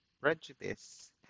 prejudice